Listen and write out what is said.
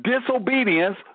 disobedience